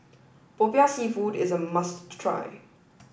Popiah seafood is a must try